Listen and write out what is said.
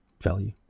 value